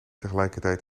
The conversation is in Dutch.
tegelijkertijd